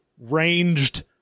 ranged